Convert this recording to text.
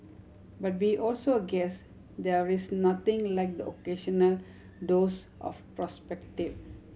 but we also guess there is nothing like the occasional dose of perspective